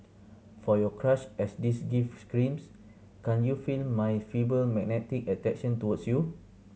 for your crush as this gift screams Can't you feel my feeble magnetic attraction towards you